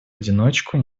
одиночку